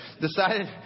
decided